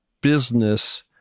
business